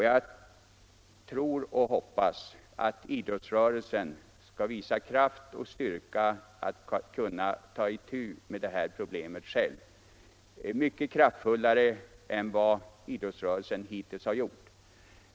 Jag tror och hoppas att idrottsrörelsen skall visa kraft och styrka att kunna ta itu med det här problemet själv, mycket kraftfullare än idrottsrörelsen hittills har gjort.